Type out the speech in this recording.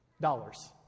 dollars